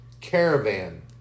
caravan